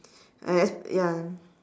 and that's ya